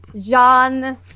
Jean